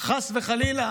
חס וחלילה,